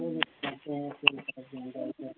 चलो देखते हैं क्या इसका